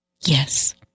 Yes